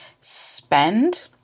spend